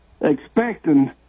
expecting